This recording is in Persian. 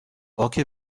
باک